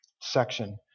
section